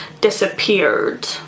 disappeared